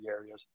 areas